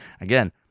Again